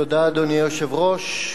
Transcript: אדוני היושב-ראש,